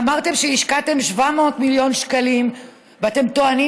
אמרתם שהשקעתם 700 מיליון שקלים ואתם טוענים